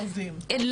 לא